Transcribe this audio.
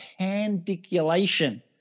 pandiculation